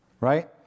right